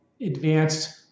advanced